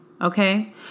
Okay